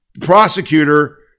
prosecutor